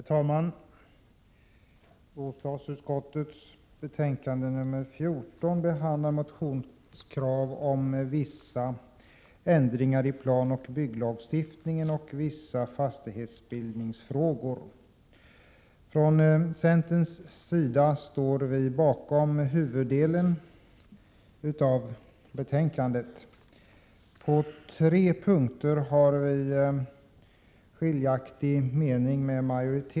Herr talman! I bostadsutskottets betänkande 14 behandlas motionskrav om vissa ändringar i planoch bygglagstiftningen och vissa fastighetsbildningsfrågor. Vi står från centerns sida bakom huvuddelen av betänkandet. På tre punkter har vi emellertid skiljaktig mening.